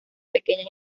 pequeñas